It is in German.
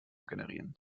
generieren